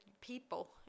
people